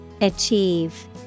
Achieve